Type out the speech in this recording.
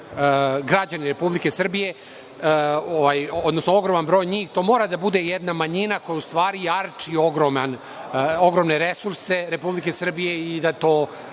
građani Republike Srbije, odnosno ogroman broj njih. To mora da bude jedna manjina koja u stvari arči ogromne resurse Republike Srbije i da to